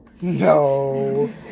No